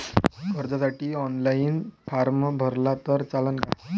कर्जसाठी online form भरला तर चालन का?